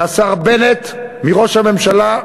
מהשר בנט, מראש הממשלה,